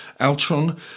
Altron